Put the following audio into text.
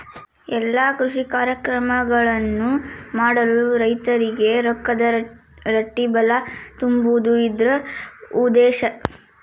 ಎಲ್ಲಾ ಕೃಷಿ ಕಾರ್ಯಕ್ರಮಗಳನ್ನು ಮಾಡಲು ರೈತರಿಗೆ ರೊಕ್ಕದ ರಟ್ಟಿಬಲಾ ತುಂಬುದು ಇದ್ರ ಉದ್ದೇಶ